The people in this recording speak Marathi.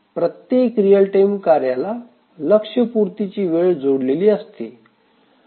प्रत्येक रियल टाइम कार्याला लक्ष्य पूर्तीची वेळ जोडलेली असते